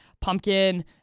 pumpkin